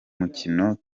mukino